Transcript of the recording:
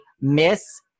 Miss